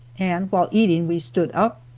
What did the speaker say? and while eating we stood up,